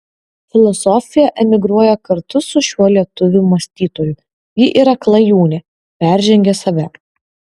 filosofija emigruoja kartu su šiuo lietuvių mąstytoju ji yra klajūnė peržengia save